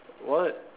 what